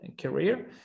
career